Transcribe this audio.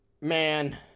Man